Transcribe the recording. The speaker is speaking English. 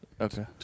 Okay